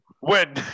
win